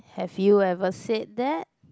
have you ever said that